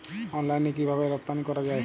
অনলাইনে কিভাবে রপ্তানি করা যায়?